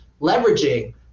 leveraging